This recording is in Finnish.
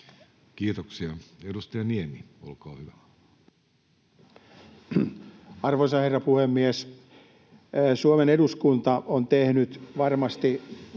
Kiitoksia. — Edustaja Niemi, olkaa hyvä. Arvoisa herra puhemies! Suomen eduskunta on tehnyt kuluneiden